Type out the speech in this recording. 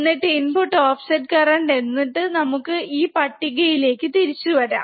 എന്നിട്ട് input offset current എന്നിട്ട് നമുക്ക് ഈ പട്ട്ടികയിലേക്ക് തിരിച്ച് വരാം